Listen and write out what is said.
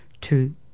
two